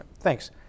Thanks